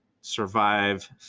survive